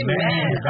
Amen